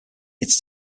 its